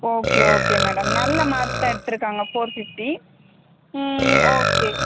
okay okay madam நல்ல mark தான் எடுத்திருக்காங்க ஃபோர் ஃபிஃப்ட்டி ஓகே